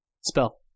spell